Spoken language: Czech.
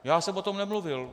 Já jsem o tom nemluvil.